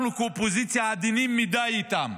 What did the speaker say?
אנחנו כאופוזיציה עדינים מדי איתם,